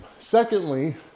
Secondly